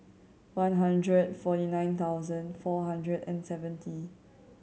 one hundred forty nine thousand four hundred and seventy